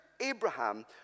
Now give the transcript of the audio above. Abraham